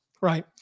right